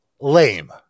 lame